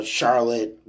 Charlotte